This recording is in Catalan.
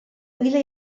vila